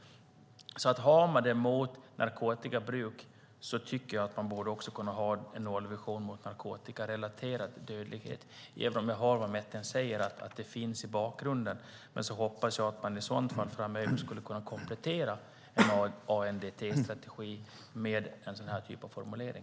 Har man en nollvision mot narkotikabruk borde man också kunna ha det mot narkotikarelaterad dödlighet. Jag hör vad Metin säger om att det finns i bakgrunden, och jag hoppas att man framöver kan komplettera ANDT-strategin med en sådan formulering.